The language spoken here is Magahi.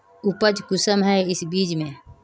उपज कुंसम है इस बीज में?